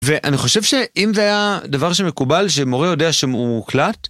ואני חושב שאם זה היה דבר שמקובל שמורה יודע שם הוא מוקלט.